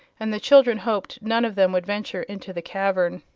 and the children hoped none of them would venture into the cavern.